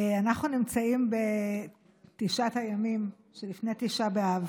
אנחנו נמצאים בתשעת הימים שלפני תשעה באב.